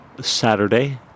Saturday